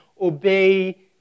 obey